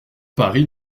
paris